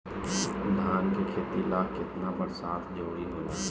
धान के खेती ला केतना बरसात जरूरी होला?